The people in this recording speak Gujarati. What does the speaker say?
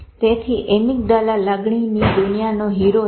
તેથી અમીગડાલા લાગણીની દુનિયાનો હીરો છે